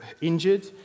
injured